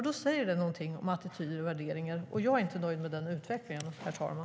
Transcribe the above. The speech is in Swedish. Det säger någonting om attityder och värderingar, och jag är inte nöjd med den utvecklingen, herr talman.